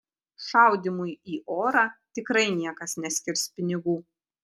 šaudymui į orą tikrai niekas neskirs pinigų